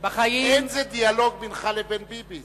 אין זה דיאלוג בינך לבין טיבי,